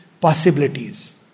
possibilities